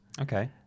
Okay